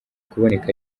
kuboneka